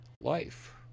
life